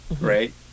right